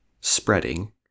spreading